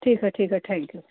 ठीक है ठीक है थैंक यू